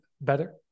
better